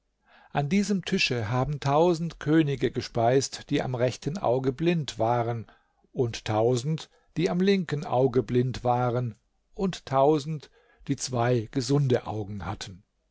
an diesem tische haben tausend könige gespeist die am rechten auge blind waren und tausend die am linken auge blind waren und tausend die zwei gesunde augen hatten